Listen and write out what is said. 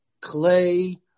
clay